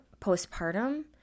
postpartum